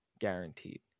guaranteed